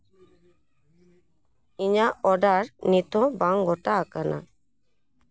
ᱤᱧᱟᱹᱜ ᱚᱨᱰᱟᱨ ᱱᱤᱛᱦᱚᱸ ᱵᱟᱝ ᱜᱚᱴᱟ ᱟᱠᱟᱱᱟ